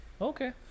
okay